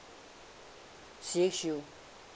C H U